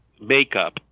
makeup